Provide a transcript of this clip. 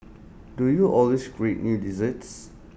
do you always create new desserts